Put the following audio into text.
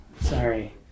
Sorry